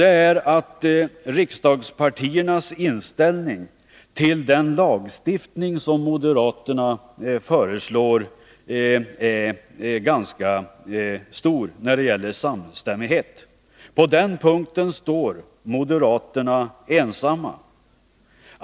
Det gäller riksdagspartiernas inställning till den lagstiftning som moderaterna föreslår, där samstämmigheten mellan dem är ganska stor. I den här frågan står moderaterna ensamma.